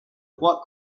trois